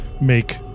make